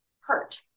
hurt